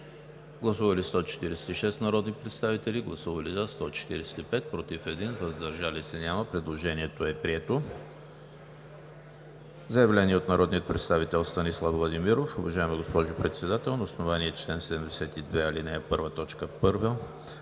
Гласували 146 народни представители: за 145, против 1, въздържали се няма. Предложението е прието. Заявление от народния представител Станислав Владимиров: „Уважаема госпожо Председател, на основание чл. 72, ал. 1,